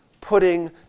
putting